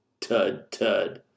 tud-tud